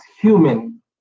human